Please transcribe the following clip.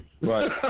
Right